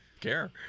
care